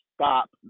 stop